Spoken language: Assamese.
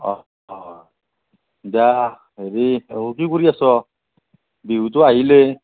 হয় হয় দিয়া হেৰি কি কৰি আছ বিহুতো আহিলেই